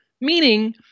Meaning